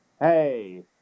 hey